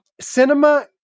cinema